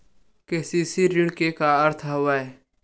KCC ऋण के का अर्थ हवय?